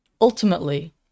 Ultimately